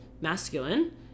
masculine